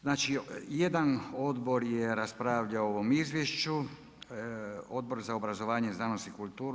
Znači jedan odbor je raspravljao o ovom izvješću Odbor za obrazovanje, znanost i kulturu.